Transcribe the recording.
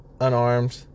unarmed